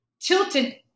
tilted